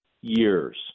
years